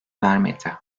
vermedi